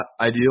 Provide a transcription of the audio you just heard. ideal